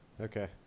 Okay